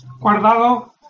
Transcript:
Guardado